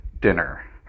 dinner